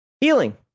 healing